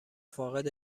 فاقد